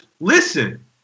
listen